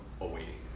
awaiting